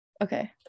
Okay